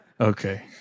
Okay